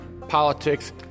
politics